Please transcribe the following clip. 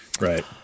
right